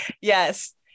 yes